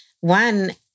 one